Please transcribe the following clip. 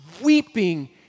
weeping